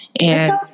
And-